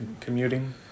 commuting